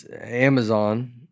Amazon